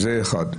זה הדבר הראשון.